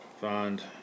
find